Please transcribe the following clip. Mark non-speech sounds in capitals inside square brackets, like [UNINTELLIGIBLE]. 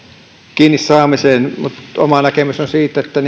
kiinni saamiseen oma näkemykseni on että [UNINTELLIGIBLE]